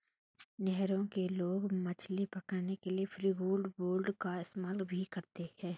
Nauru के लोग मछली पकड़ने के लिए फ्रिगेटबर्ड का इस्तेमाल भी करते हैं